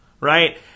right